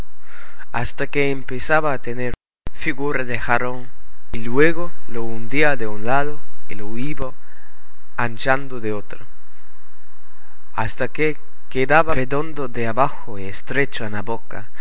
hasta que empezaba a tener figura de jarrón y luego lo hundía de un lado y lo iba anchando de otro hasta que quedaba redondo de abajo y estrecho en la boca